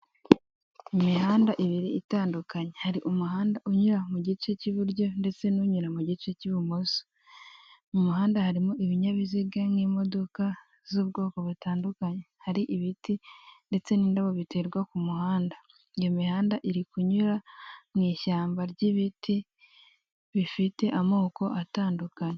Imihanda ibiri itandukanye, hari umuhanda unyura mu gice cy'iburyo ndetse n'unyura mu gice cy'ibumoso. Umuhanda harimo ibinyabiziga nk'imodoka z'ubwoko butandukanye. Hari ibiti ndetse n'indabo biterwa ku muhanda. Iyo mihanda iri kunyura mu ishyamba ry'ibiti bifite amoko atandukanye.